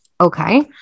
Okay